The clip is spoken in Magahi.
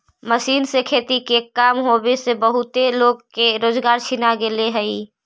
मशीन से खेती के काम होवे से बहुते लोग के रोजगार छिना गेले हई